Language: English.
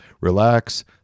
relax